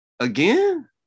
again